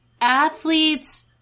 athletes